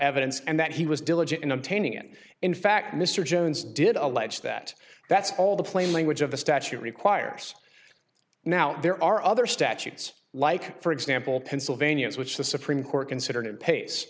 evidence and that he was diligent in obtaining and in fact mr jones did allege that that's all the plain language of the statute requires now there are other statutes like for example pennsylvania which the supreme court